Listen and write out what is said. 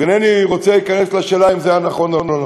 ואינני רוצה להיכנס לשאלה אם זה היה נכון או לא נכון.